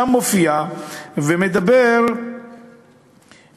הוא מופיע שם ומדבר